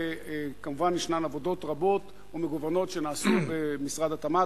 כמובן שישנן עבודות רבות ומגוונות שנעשו במשרד התמ"ת.